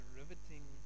riveting